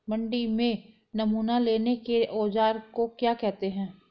मंडी में नमूना लेने के औज़ार को क्या कहते हैं?